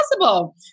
possible